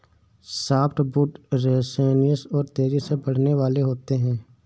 softwood resinous और तेजी से बढ़ने वाले होते हैं